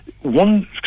One